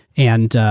and,